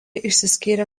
išsiskyrė